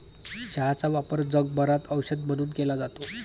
चहाचा वापर जगभरात औषध म्हणून केला जातो